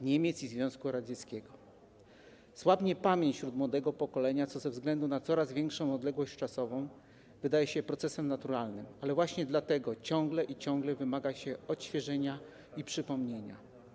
Niemiec i Związku Radzieckiego, słabnie wśród młodego pokolenia, co ze względu na coraz większą odległość czasową wydaje się procesem naturalnym, ale właśnie dlatego ciągle i ciągle wymaga odświeżenia i przypomnienia.